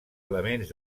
elements